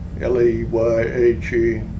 L-E-Y-H-E